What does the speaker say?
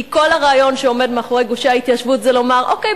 כי כל הרעיון שעומד מאחורי גושי ההתיישבות זה לומר: אוקיי,